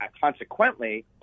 consequently